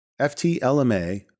FT-LMA